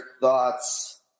thoughts